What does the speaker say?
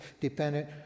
dependent